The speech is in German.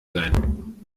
sein